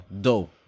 dough